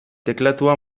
teklatua